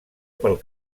pel